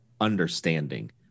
understanding